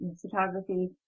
photography